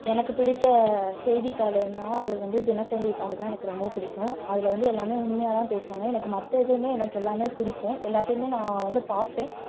எனக்குப் பிடித்த செய்தித்தாளுன்னால் அது வந்து தினத்தந்தி தாள்தான் எனக்கு ரொம்ப பிடிக்கும் அதில் வந்து எல்லாமே உண்மையாக தான் பேசுவாங்க எனக்கு மற்ற எதுவுமே எனக்கு எல்லாமே பிடிக்கும் எல்லாத்தையுமே நான் வந்து பார்ப்பேன்